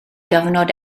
gyfnod